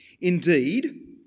Indeed